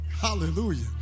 Hallelujah